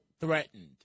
threatened